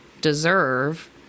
deserve